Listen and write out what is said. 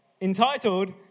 entitled